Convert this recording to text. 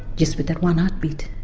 just with that one heartbeat.